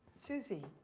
suzy.